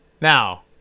Now